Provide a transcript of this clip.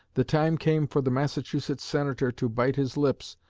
the time came for the massachusetts senator to bite his lips,